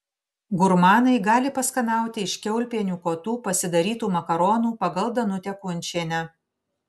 gurmanai gali paskanauti iš kiaulpienių kotų pasidarytų makaronų pagal danutę kunčienę